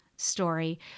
Story